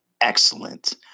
excellent